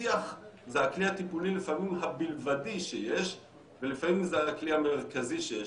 שיח זה הכלי הטיפולי לפעמים הבלבדי שיש ולפעמים זה הכלי המרכזי שיש,